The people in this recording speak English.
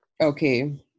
Okay